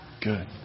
Good